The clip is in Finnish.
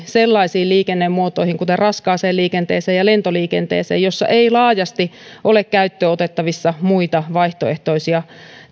sellaisiin liikennemuotoihin kuten raskaaseen liikenteeseen ja lentoliikenteeseen joissa ei laajasti ole käyttöönotettavissa muita vaihtoehtoisia